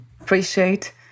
appreciate